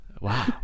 Wow